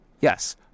yes